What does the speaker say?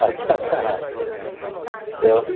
अछा अछा ॿियो